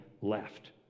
left